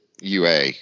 UA